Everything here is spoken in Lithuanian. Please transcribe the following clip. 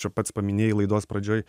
čia pats paminėjai laidos pradžioj